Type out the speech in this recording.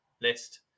list